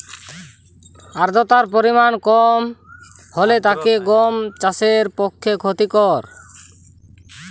আর্দতার পরিমাণ কম হলে তা কি গম চাষের পক্ষে ক্ষতিকর?